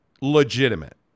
legitimate